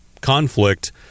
conflict